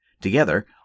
Together